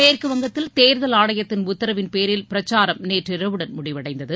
மேற்குவங்கத்தில் தேர்தல் ஆணையத்தின் உத்தரவின்பேரில் பிரச்சாரம் நேற்றிரவுடன் முடிவடைந்தது